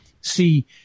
see